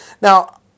Now